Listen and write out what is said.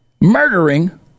murdering